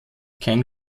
kein